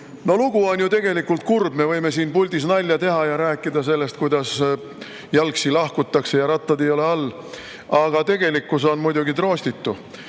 Lugu on ju tegelikult kurb. Me võime siin puldis nalja teha ja rääkida sellest, kuidas jalgsi lahkutakse ja rattaid ei ole all, aga tegelikkus on muidugi troostitu.